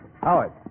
Howard